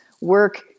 work